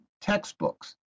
textbooks